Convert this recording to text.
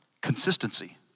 Consistency